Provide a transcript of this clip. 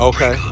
Okay